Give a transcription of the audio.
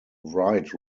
wright